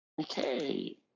Okay